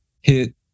hit